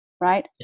right